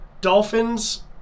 Dolphins